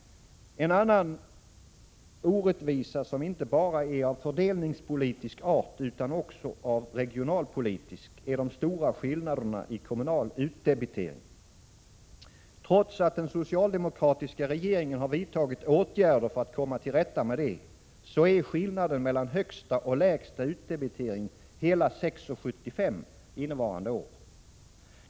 En annan orättvisa, som inte bara är av fördelningspolitisk art utan också av regionalpolitisk, är de stora skillnaderna i kommunal utdebitering. Trots att den socialdemokratiska regeringen har vidtagit åtgärder för att komma till rätta med detta, så är skillnaden mellan högsta och lägsta debitering hela 6:75 innevarande år.